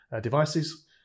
devices